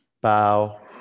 bow